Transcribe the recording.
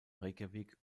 reykjavík